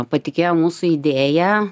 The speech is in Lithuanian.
patikėjo mūsų idėja